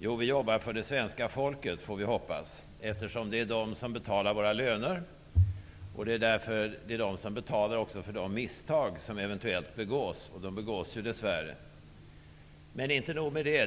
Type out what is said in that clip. Jo, vi jobbar för det svenska folket, får vi hoppas, eftersom det är svenska folket som betalar våra löner och därmed också betalar för de misstag som eventuellt begås -- och det sker dess värre. Men inte nog med det!